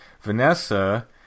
Vanessa